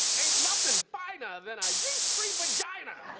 ain't nothin' finah than a yeast-free vagina.